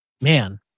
Man